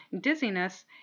dizziness